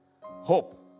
hope